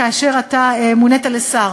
כאשר אתה מונית לשר.